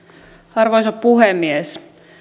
arvoisa puhemies